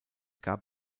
gab